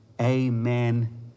amen